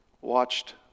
watched